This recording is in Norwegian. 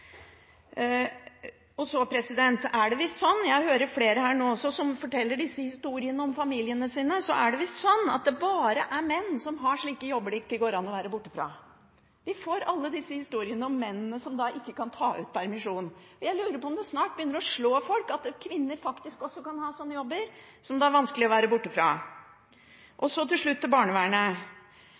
Og så er det visst sånn – jeg hører flere her også som forteller disse historiene om familiene sine – at det bare er menn som har slike jobber som det ikke går an å være borte fra. Vi får alle disse historiene om menn som ikke kan ta ut permisjon. Jeg lurer på om det snart begynner å slå folk at kvinner faktisk også kan ha sånne jobber som det er vanskelig å være borte fra. Til slutt til barnevernet: